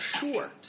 short